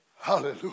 Hallelujah